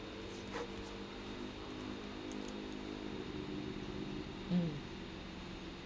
mm